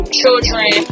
children